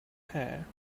hair